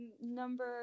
Number